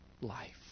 life